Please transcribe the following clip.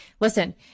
listen